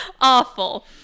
Awful